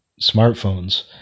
smartphones